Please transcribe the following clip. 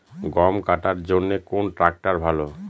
গম কাটার জন্যে কোন ট্র্যাক্টর ভালো?